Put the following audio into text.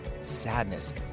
sadness